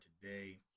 today